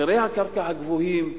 מחירי הקרקע הגבוהים,